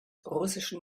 russischen